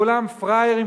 כולם פראיירים,